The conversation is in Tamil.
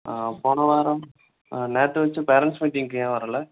போன வாரம் நேற்று வச்ச பேரன்ட்ஸ் மீட்டிங்குக்கு ஏன் வரலை